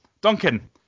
Duncan